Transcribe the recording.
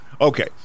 Okay